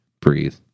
breathe